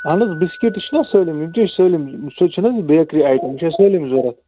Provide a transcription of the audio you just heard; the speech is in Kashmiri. اَہَن حظ بِسکِٹ تہِ چھُنا سٲلِم یِم تہِ چھِ سٲلِم سُہ چھِنہٕ حظ بیکری آیٹم یِم چھِ اَسہِ سٲلِم ضروٗرت